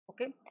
Okay